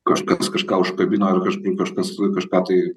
kažkas kažką užkabino ir kažkaip kažkas kažką tai